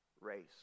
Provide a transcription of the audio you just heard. race